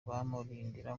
bamurindira